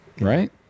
right